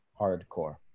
hardcore